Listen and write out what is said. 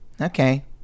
Okay